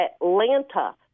Atlanta